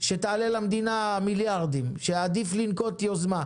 שתעלה למדינה מיליארדים ועדיף לנקוט יוזמה.